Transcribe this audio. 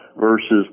versus